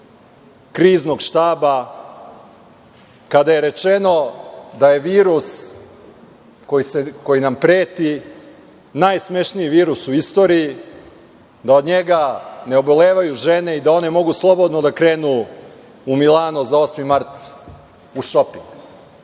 kriznog štaba kada je rečeno da je virus koji nam preti najsmešniji virus u istoriji, da od njega ne obolevaju žene i da one mogu slobodno da krenu u Milano za 8. mart u šoping.